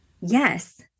Yes